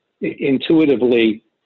intuitively